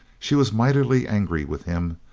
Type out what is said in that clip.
she was mightily angry with him.